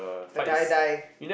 the guy die